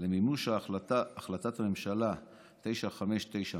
למימוש החלטת הממשלה מס' 959 הנ"ל.